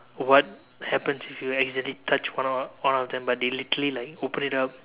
what happens if you accidentally touch one of them but they literally like open it up